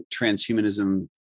transhumanism